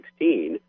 2016